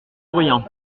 bruyant